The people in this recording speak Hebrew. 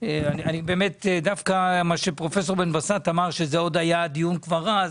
מה שפרופסור בן בסט אמר, שזה היה הדיון כבר אז,